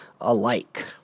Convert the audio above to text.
alike